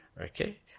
Okay